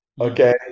okay